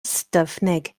ystyfnig